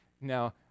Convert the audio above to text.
Now